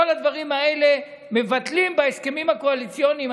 את כל הדברים האלה מבטלים בהסכמים הקואליציוניים.